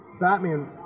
Batman